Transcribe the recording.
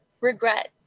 regret